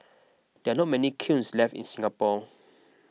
there are not many kilns left in Singapore